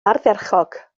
ardderchog